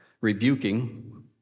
rebuking